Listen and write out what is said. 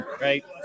Right